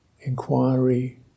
inquiry